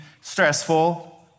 stressful